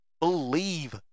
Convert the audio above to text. believe